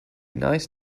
nice